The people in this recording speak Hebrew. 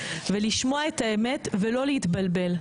ולשמוע את האמת ולא להתבלבל.